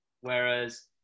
Whereas